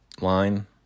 line